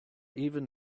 even